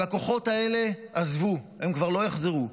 הלקוחות האלה עזבו, הם כבר לא יחזרו.